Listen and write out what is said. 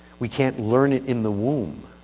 we can't learn it in the womb,